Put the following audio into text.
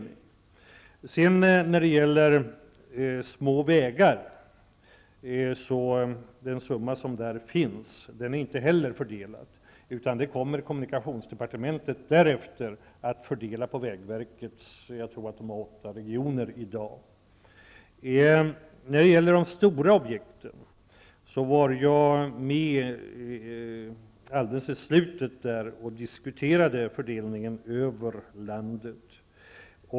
Inte heller den summa som finns anslagen för små vägar är fördelad, utan kommunikationsdepartementet kommer sedan att fördela den på vägverkets åtta regioner. När det gäller de stora objekten var jag med och diskuterade fördelningen över landet.